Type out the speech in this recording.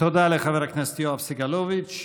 תודה לחבר הכנסת יואב סגלוביץ'.